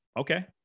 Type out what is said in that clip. okay